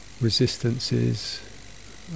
resistances